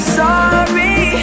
sorry